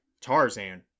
Tarzan